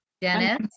Dennis